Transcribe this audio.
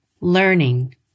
learning